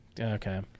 Okay